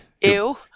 Ew